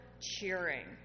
cheering